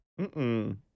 Mm-mm